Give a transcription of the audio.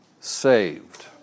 saved